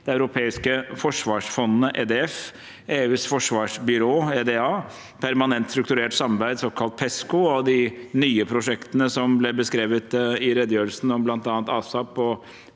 det europeiske forsvarsfondet, EDF, EUs forsvarsbyrå, EDA, permanent strukturert samarbeid, PESCO, og de nye prosjektene som ble beskrevet i redegjørelsen, om bl.a. ASAP og